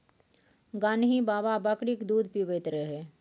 गान्ही बाबा बकरीक दूध पीबैत रहय